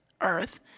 earth